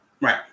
Right